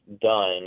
done